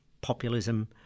populism